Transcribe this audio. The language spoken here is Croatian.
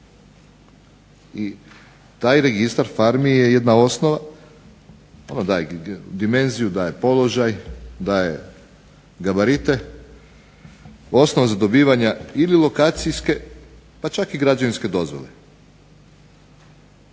i taj registar farmi je jedna osnova koja daje dimenziju, daje položaj, daje gabarite, osnova za dobivanje ili lokacijske pa čak i građevinske dozvole.